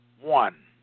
One